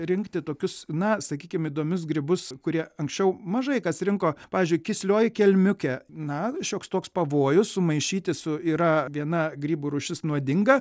rinkti tokius na sakykim įdomius grybus kurie anksčiau mažai kas rinko pavyzdžiui kislioji kelmiukė na šioks toks pavojus sumaišyti su yra viena grybų rūšis nuodinga